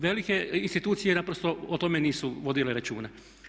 Velike institucije naprosto o tome nisu vodile računa.